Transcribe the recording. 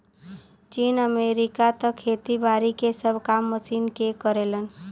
चीन, अमेरिका त खेती बारी के सब काम मशीन के करलन